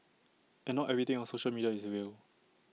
and not everything on social media is real